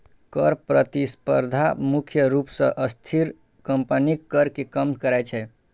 कर प्रतिस्पर्धा मुख्य रूप सं अस्थिर कंपनीक कर कें कम करै छै